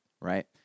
Right